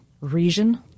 region